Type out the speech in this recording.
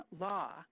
law